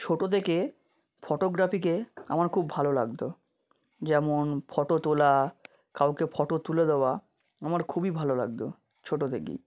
ছোটো থেকে ফটোগ্রাফিকে আমার খুব ভালো লাগতো যেমন ফটো তোলা কাউকে ফটো তুলে দেওয়া আমার খুবই ভালো লাগতো ছোটো থেকেই